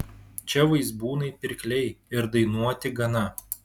čia vaizbūnai pirkliai ir dainuoti gana